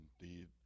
indeed